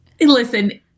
listen